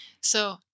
So-